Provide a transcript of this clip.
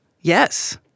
Yes